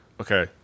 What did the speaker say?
Okay